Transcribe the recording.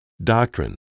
Doctrine